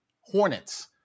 Hornets